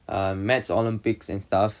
um maths olympics and stuff